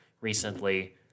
recently